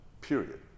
Period